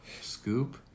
scoop